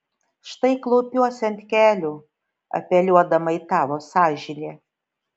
štai klaupiuosi ant kelių apeliuodama į tavo sąžinę